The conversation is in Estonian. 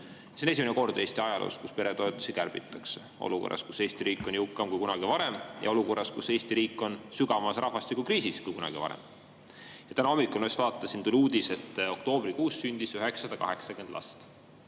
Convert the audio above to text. See on esimene kord Eesti ajaloos, kus peretoetusi kärbitakse, olukorras, kus Eesti riik on jõukam kui kunagi varem, ja olukorras, kus Eesti riik on sügavamas rahvastikukriisis kui kunagi varem. Täna hommikul – ma just vaatasin – tuli uudis, et oktoobrikuus sündis 980 last.